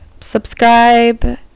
subscribe